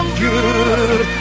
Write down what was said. good